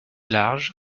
large